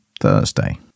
Thursday